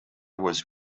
was